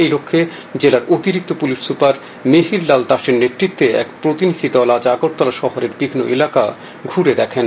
এই লক্ষ্যে জেলার অতিরিক্ত পুলিশ সুপার মিহির লাল দাসের নেতৃত্বে এক প্রতিনিধি দল আজ আগরতলা শহরের বিভিন্ন এলাকা ঘুরে দেখেন